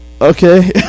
okay